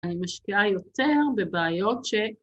‫אני משקיעה יותר בבעיות ש...